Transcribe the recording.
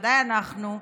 בוודאי אנחנו,